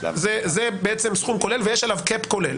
זה בעצם סכום כולל ויש עליו Cap כולל.